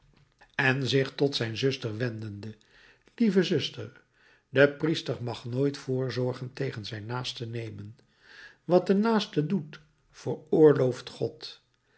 en zich tot zijn zuster wendende lieve zuster de priester mag nooit voorzorgen tegen zijn naaste nemen wat de naaste doet veroorlooft god